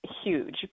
huge